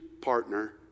partner